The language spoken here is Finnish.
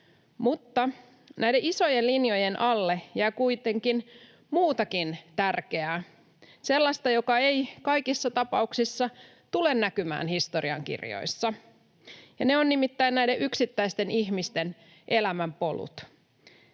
näiden isojen linjojen alle jää kuitenkin muutakin tärkeää, sellaista, joka ei kaikissa tapauksissa tule näkymään historiankirjoissa, ja ne ovat nimittäin näiden yksittäisten ihmisten elämänpolut.